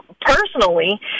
personally